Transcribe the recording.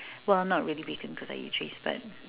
well I'm not really vegan because I eat cheese but